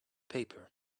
paper